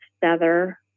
feather